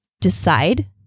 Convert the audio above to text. decide